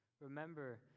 remember